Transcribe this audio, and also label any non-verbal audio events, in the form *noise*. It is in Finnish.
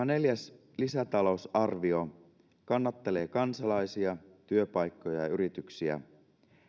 *unintelligible* neljäs lisätalousarvio kannattelee kansalaisia työpaikkoja ja yrityksiä